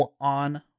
On